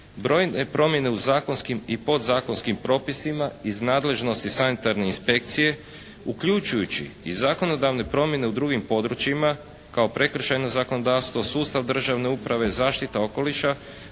brojne promjene u zakonskim i podzakonskim propisima iz nadležnosti Sanitarne inspekcije uključujući i zakonodavne promjene u drugim područjima kao prekršajno zakonodavstvo, sustav državne uprave, zaštita okoliša